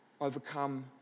overcome